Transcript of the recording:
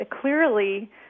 clearly